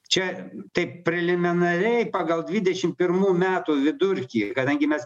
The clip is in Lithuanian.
čia taip preliminariai pagal dvidešim pirmų metų vidurkį kadangi mes